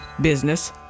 business